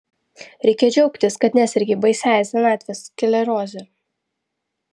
reikia džiaugtis kad nesergi baisiąja senatvės skleroze